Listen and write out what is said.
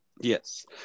yes